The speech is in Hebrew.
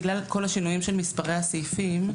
בגלל כל השינויים של מספרי הסעיפים,